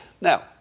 Now